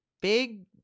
big